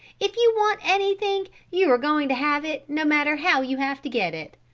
if you want anything you are going to have it, no matter how you have to get it.